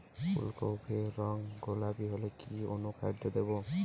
ফুল কপির রং গোলাপী হলে কি অনুখাদ্য দেবো?